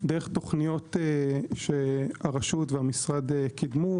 דרך תוכניות שהרשות והמשרד קידמו,